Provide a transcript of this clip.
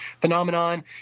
phenomenon